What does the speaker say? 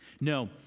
No